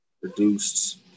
produced